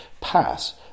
pass